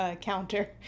counter